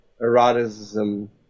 eroticism